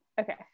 Okay